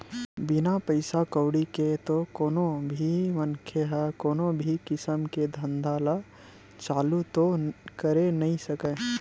बिना पइसा कउड़ी के तो कोनो भी मनखे ह कोनो भी किसम के धंधा ल चालू तो करे नइ सकय